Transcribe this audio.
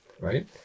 right